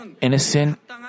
innocent